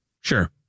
Sure